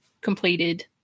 completed